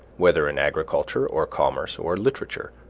whether in agriculture, or commerce, or literature,